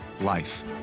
life